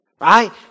Right